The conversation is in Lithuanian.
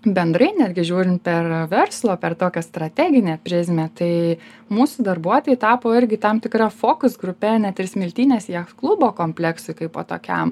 bendrai netgi žiūrint per verslo per tokią strateginę prizmę tai mūsų darbuotojai tapo irgi tam tikra focus grupe net ir smiltynės jachtklubo kompleksui kaipo tokiam